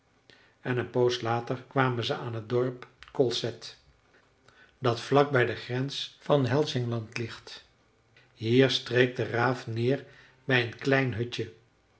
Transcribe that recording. en een poos later kwamen ze aan t dorp kolsätt dat vlak bij de grens van helsingland ligt hier streek de raaf neer bij een klein hutje